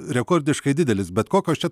rekordiškai didelis bet kokios čia